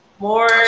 More